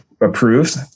approved